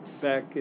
back